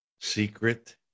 Secret